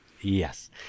Yes